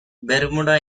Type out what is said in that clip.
bermuda